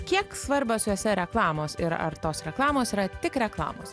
kiek svarbios jose reklamos ir ar tos reklamos yra tik reklamos